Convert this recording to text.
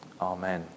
Amen